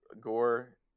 gore